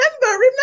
remember